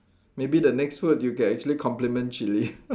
maybe the next word you can actually complement chili